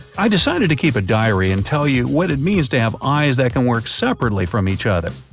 i decided to keep a diary and tell you what it means to have eyes that can work separately from each other.